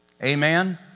Amen